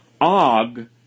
Og